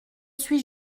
suis